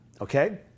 okay